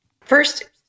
First